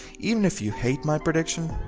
even if you hate my prediction,